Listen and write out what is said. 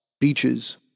beaches